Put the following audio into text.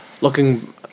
looking